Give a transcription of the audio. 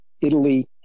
Italy